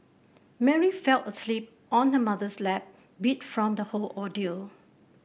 Mary fell asleep on her mother's lap beat from the whole ordeal